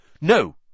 No